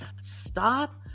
Stop